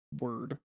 word